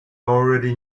already